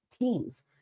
teams